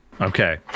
Okay